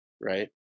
right